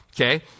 Okay